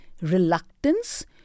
reluctance